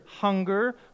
hunger